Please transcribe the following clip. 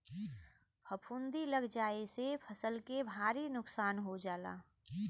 फफूंदी लग जाये से फसल के भारी नुकसान हो जाला